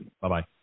Bye-bye